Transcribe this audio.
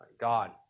God